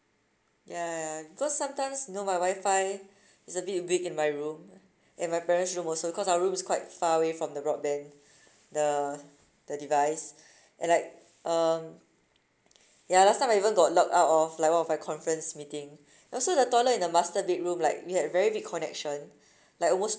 ya ya ya cause sometimes you know my wifi I is a bit weak in my room and my parents' room also cause our room is quite far away from the broadband the the device and like um ya last time I even got logged out of like one of my conference meeting also the toilet in the master bedroom like we had very weak connection like almost